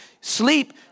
sleep